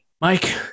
Mike